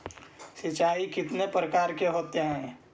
सिंचाई कितने प्रकार के होते हैं?